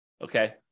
Okay